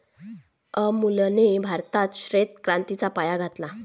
अमूलने भारतात श्वेत क्रांतीचा पाया घातला